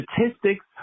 statistics